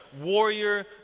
warrior